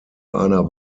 einer